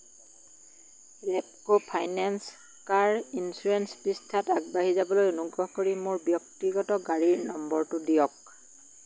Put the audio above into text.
Repco finance car insurance পৃষ্ঠাত আগবাঢ়ি যাবলৈ অনুগ্ৰহ কৰি মোৰ ব্যক্তিগত গাড়ীৰ নম্বৰটো দিয়ক